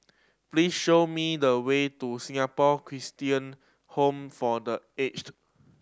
please show me the way to Singapore Christian Home for The Aged